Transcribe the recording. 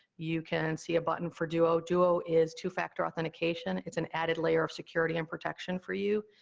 you can see a button for duo. duo is two-factor authentication, it's an added layer of security and protection for you,